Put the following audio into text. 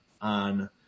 on